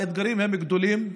האתגרים הם גדולים,